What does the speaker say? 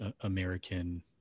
American